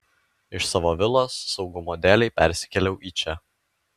iš savo vilos saugumo dėlei persikėliau į čia